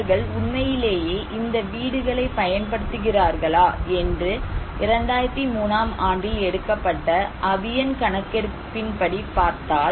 அவர்கள் உண்மையிலேயே இந்த வீடுகளைப் பயன்படுத்துகிறார்களா என்று 2003 ஆம் ஆண்டில் எடுக்கப்பட்ட அபியன் கணக்கெடுப்பின்படி பார்த்தாள்